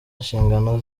nshingano